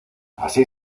así